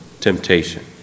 temptation